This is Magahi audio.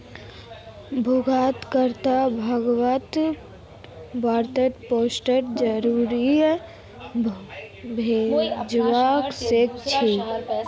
भुगतान कर्ताक भुगतान वारन्ट पोस्टेर जरीये भेजवा सके छी